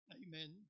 amen